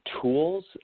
tools